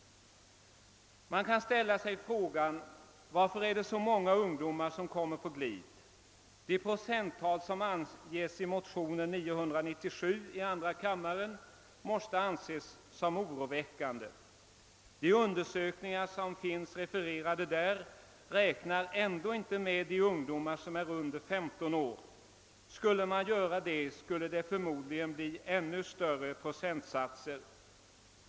Man kan ställa sig frågan: Varför kommer så många ungdomar på glid? Det procenttal som anges i motionen 997 i andra kammaren måste anses som oroväckande. De undersökningar som finns refererade i motionen räknar ändå inte med de ungdomar som är under 15 år. Om man räknade med dem, skulle procenttalet förmodligen bli ännu högre.